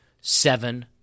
seven